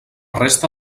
resta